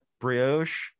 brioche